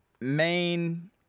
main